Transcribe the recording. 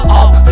up